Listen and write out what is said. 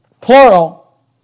Plural